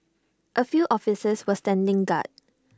A few officers were standing guard